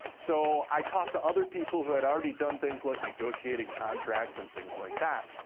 so i talked to other people who had already done things like negotiated contracts and things like that.